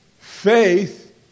faith